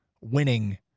winning